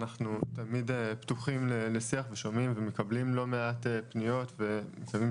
אנחנו תמיד פתוחים לשיח ושומעים ומקבלים לא מעט פניות ומקיימים